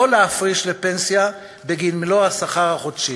שלא להפריש לפנסיה בגין מלוא השכר החודשי.